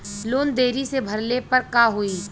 Loan देरी से भरले पर का होई?